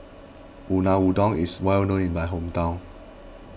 Unadon is well known in my hometown